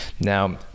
Now